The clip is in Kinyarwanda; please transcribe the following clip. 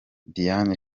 diane